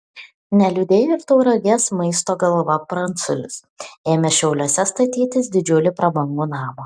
neliūdėjo ir tauragės maisto galva pranculis ėmęs šiauliuose statytis didžiulį prabangų namą